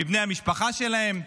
מבני המשפחה שלהם,